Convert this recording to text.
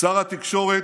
שר התקשורת,